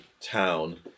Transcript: town